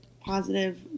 positive